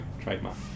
trademark